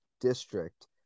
district